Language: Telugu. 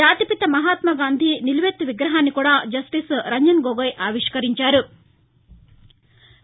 జాతిపితా మహాత్మాగాంధీ నిలువెత్తు విగ్రహాన్ని కూడా జస్టిస్ రంజన్ గొగోయ్ ఆవిష్కరించారు